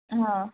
ହଁ